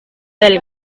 del